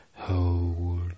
Hold